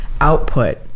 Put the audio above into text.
output